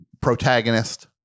protagonist